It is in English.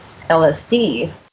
lsd